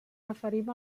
referim